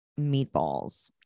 meatballs